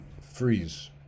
Freeze